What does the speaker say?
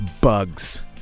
Bugs